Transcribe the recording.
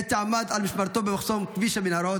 בעת שעמד על משמרתו במחסום כביש המנהרות,